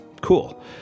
Cool